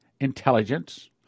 intelligence